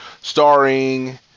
starring